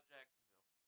Jacksonville